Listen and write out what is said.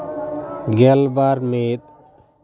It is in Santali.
ᱜᱮᱞ ᱵᱟᱨ ᱢᱤᱫ